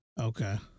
Okay